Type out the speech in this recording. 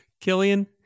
Killian